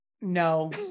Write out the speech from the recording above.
no